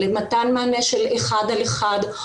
למתן מענה של אחד על אחד,